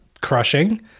crushing